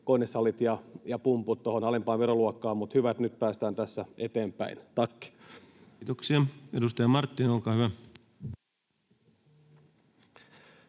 konesalit ja pumput tuohon alempaan veroluokkaan, mutta hyvä, että nyt päästään tässä eteenpäin. — Tack. [Speech 32] Speaker: